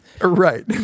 Right